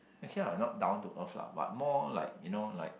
actually I not down to earth lah but more like you know like